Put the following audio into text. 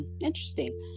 interesting